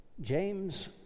James